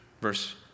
Verse